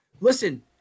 listen